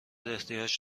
احتیاج